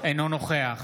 אינו נוכח